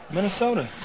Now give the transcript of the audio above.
Minnesota